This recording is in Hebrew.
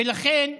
ולכן,